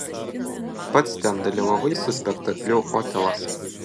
pats ten dalyvavai su spektakliu otelas